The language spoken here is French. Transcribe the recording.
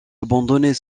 abandonner